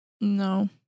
No